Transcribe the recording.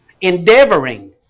endeavoring